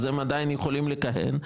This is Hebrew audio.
אז הם עדיין יכולים לכהן,